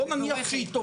בוא נניח שהיא טובה.